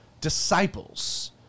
disciples